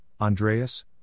Andreas